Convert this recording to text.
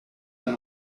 een